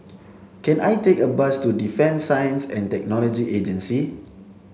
can I take a bus to Defence Science and Technology Agency